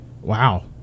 Wow